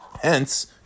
Hence